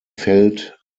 feld